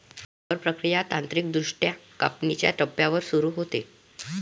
rubber प्रक्रिया तांत्रिकदृष्ट्या कापणीच्या टप्प्यावर सुरू होते